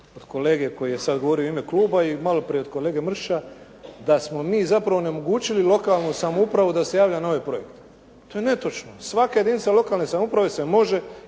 od kolege koji je sada govorio u ime kluba i malo prije od kolege Mršića, da smo mi zapravo onemogućili lokalnu samoupravu da se javni na novi projekt. To je netočno. Svaka jedinica lokalne samouprave se može